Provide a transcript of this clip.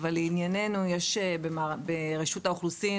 אבל לעניינו, יש ברשות אוכלוסין